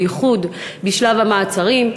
בייחוד בשלב המעצרים,